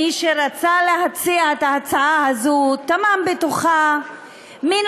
מי שרצה להציע את ההצעה הזאת טמן בתוכה מין